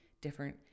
different